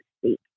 speak